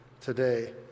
today